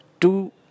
Two